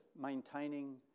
maintaining